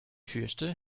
fürchte